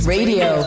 Radio